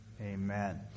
amen